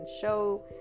show